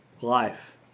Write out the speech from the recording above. life